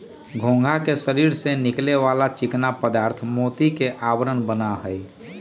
घोंघा के शरीर से निकले वाला चिकना पदार्थ मोती के आवरण बना हई